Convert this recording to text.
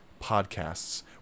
podcasts